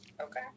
Okay